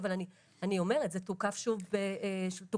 אבל אני אומרת - זה תוקף שוב בנובמבר.